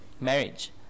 marriage